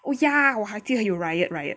oh yeah 我还记得有 riot riot